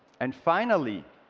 and finally,